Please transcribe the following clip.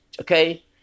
okay